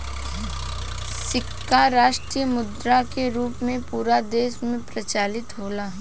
सिक्का राष्ट्रीय मुद्रा के रूप में पूरा देश में प्रचलित होला